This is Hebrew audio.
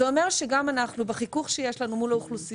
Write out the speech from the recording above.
זה אומר שגם אנחנו בחיכוך שיש לנו מול האוכלוסיות,